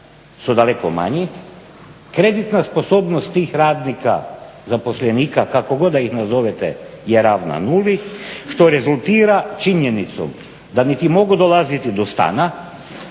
su daleko manji, kreditna sposobnost tih radnika zaposlenika kako god da ih nazovete je ravna nuli što rezultira činjenicom da niti mogu dolaziti do stana,